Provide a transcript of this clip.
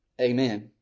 Amen